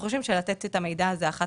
אנחנו חושבים שלתת את המידע הזה אחת